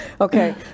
okay